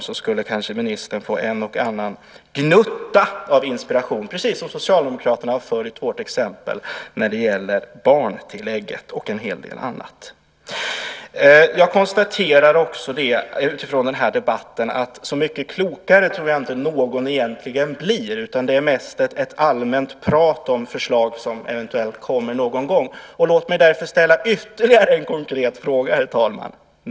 Då skulle kanske ministern få en och annan gnutta av inspiration, precis som när Socialdemokraterna har följt vårt exempel när det gäller barntillägget och en hel del annat. Jag tror att utifrån den här debatten blir egentligen inte någon så mycket klokare. Det är mest ett allmänt prat om förslag som eventuellt kommer någon gång. Låt mig därför ställa ytterligare en konkret fråga, herr talman.